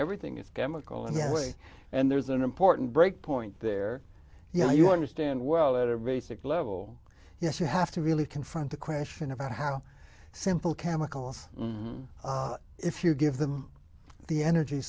everything is chemical in the way and there's an important breakpoint there you know you understand well at a basic level yes you have to really confront the question about how simple chemicals if you give them the energy